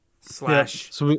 slash